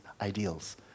ideals